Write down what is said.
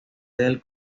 del